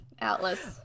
Atlas